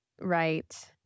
right